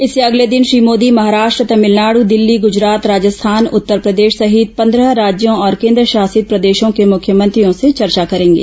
इससे अगले दिन श्री मोदी महाराष्ट्र तमिलनाडु दिल्ली गुजरात राजस्थान और उत्तरप्रदेश सहित पंद्रह राज्यों और केन्द्रशासित प्रदेशों के मुख्यमंत्रियों से चर्चा करेंगे